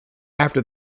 after